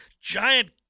giant